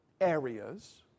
areas